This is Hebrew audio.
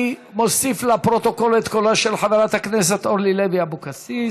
אני מוסיף לפרוטוקול את קולה של חברת הכנסת אורלי לוי אבקסיס.